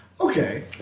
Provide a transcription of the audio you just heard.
Okay